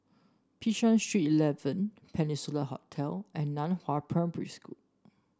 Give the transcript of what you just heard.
Bishan Street Eleven Peninsula Hotel and Nan Hua Primary School